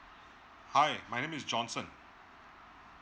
hi my name is johnson